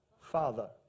Father